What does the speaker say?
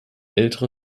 älterer